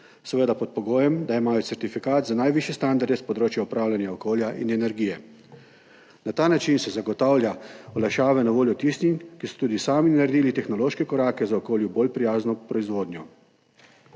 seveda pod pogojem, da imajo certifikat za najvišje standarde s področja upravljanja okolja in energije. Na ta način se zagotavlja olajšave na voljo tistim, ki so tudi sami naredili tehnološke korake za okolju bolj prijazno proizvodnjo.